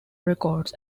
records